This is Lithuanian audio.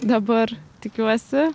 dabar tikiuosi